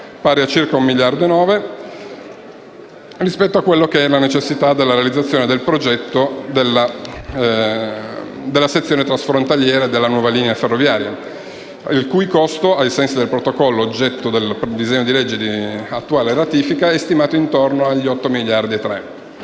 pari a circa 1,9 miliardi, rispetto a quella necessaria per la realizzazione del progetto della sezione transfrontaliera della nuova linea ferroviaria, il cui costo, ai sensi del Protocollo oggetto del disegno di legge di ratifica in esame, è stimato intorno agli 8,3 miliardi